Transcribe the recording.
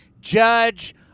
judge